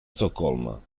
stoccolma